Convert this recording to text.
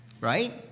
Right